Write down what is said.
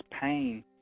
pain